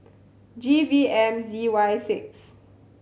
G V M Z Y six